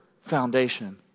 foundation